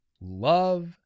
love